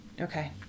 okay